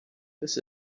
this